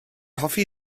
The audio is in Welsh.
hoffi